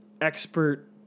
expert